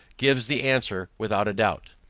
gives the answer without a doubt.